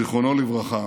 זיכרונו לברכה,